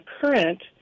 current